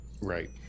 Right